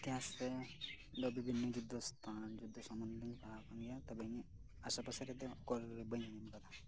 ᱤᱛᱤᱦᱟᱥ ᱨᱮ ᱫᱚ ᱵᱤᱵᱷᱤᱱᱱᱚ ᱡᱩᱫᱽᱫᱷᱚ ᱥᱛᱷᱟᱱ ᱡᱩᱫᱽᱫᱷᱚ ᱥᱚᱢᱢᱚᱱᱫᱷᱮ ᱫᱚᱧ ᱯᱟᱲᱦᱟᱣ ᱟᱠᱟᱱ ᱜᱮᱭᱟ ᱛᱚᱵᱮ ᱤᱧᱟᱹᱜ ᱟᱥᱮ ᱯᱟᱥᱮ ᱨᱮᱫᱚ ᱠᱚᱱᱚ ᱞᱟᱹᱲᱦᱟᱹᱭ ᱵᱟᱹᱧ ᱟᱸᱡᱚᱢ ᱟᱠᱟᱫᱟ